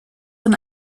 von